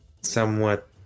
Somewhat